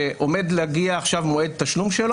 שעומד להגיע מועד תשלום שלו.